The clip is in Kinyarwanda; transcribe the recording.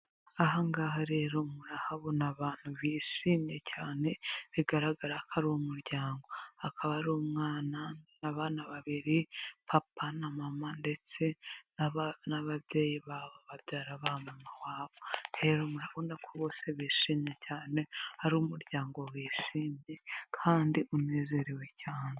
Aha ngaha rero murahabona abantu bishimye cyane, bigaragara ko ari umuryango, akaba ari umwana, ni abana babiri, papa na mama ndetse n'ababyeyi babo, babyara ba mama wabo rero murabona ko bose bishimye cyane, ari umuryango wishimye kandi unezerewe cyane.